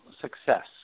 success